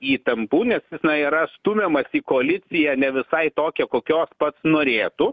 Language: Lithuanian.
įtampų nes jis na yra stumiamas į koaliciją ne visai tokią kokios pats norėtų